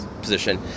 position